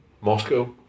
Moscow